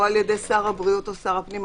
או על ידי שר הבריאות או שר הפנים,